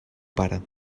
pare